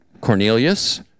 Cornelius